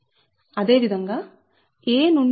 అదే విధంగా a నుండి b d2 కి సమానం